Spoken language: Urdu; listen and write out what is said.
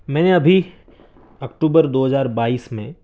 میں نے ابھی اکٹوبر دو ہزار بائیس میں